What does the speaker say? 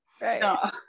Right